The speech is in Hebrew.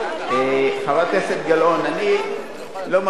הטרדה מינית זה, חברת הכנסת גלאון, אני לא ממציא.